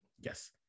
Yes